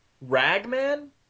Ragman